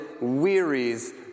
wearies